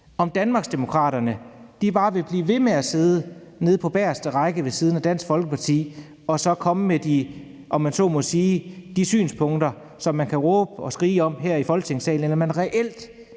om Danmarksdemokraterne bare vil blive ved med at sidde nede på bageste række ved siden af Dansk Folkeparti og så komme med de, om man så må sige, synspunkter, som man kan råbe og skrige om her i Folketingssalen, eller om man reelt